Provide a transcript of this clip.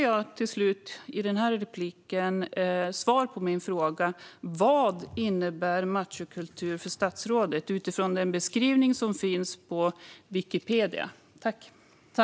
Jag önskar också svar på min fråga: Vad innebär machokultur för statsrådet utifrån den beskrivning som finns på Wikipedia?